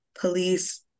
police